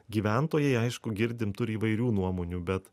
gyventojai aišku girdim turi įvairių nuomonių bet